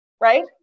right